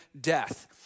death